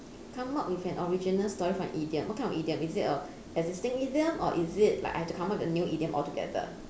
come up with an original story for an idiom what kind of idiom is it a existing idiom or is it like I have to come out with new idiom all together